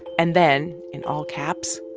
and then, in all caps,